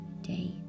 day